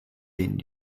denen